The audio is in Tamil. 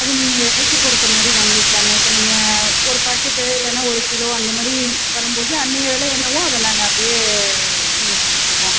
அது நீங்கள் எடைக்கு பொறுத்த மாதிரி வாங்கிக்கிலாங்க இப்போ நீங்கள் ஒரு பேக்கெட்டு இல்லைன்னா ஒரு கிலோ அந்த மாதிரி வரும்போது அன்றைய வெலை என்னவோ அதை நாங்கள் அப்படியே உங்களுக்கு கொடுத்துடுவோம்